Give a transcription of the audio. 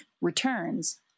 Returns